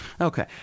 Okay